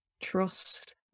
trust